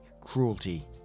cruelty